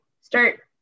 start